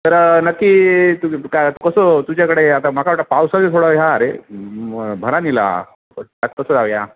तर नक्की तु काय कसं तुझ्याकडे आता माझा वाटतं पावसाड हा रे भरांनीला कसं जाऊ या